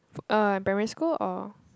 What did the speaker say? uh in primary school or